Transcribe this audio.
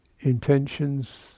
intentions